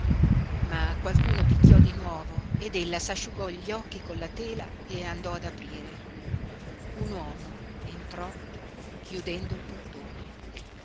ma qualcuno picchiò di nuovo ed ella s'asciugò gli occhi con la tela e andò ad aprire un uomo entrò chiudendo il portone